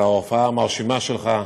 על ההופעה המרשימה שלך,